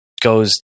goes